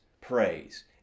praise